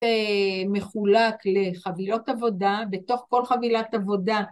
מחולק לחבילות עבודה, בתוך כל חבילת עבודה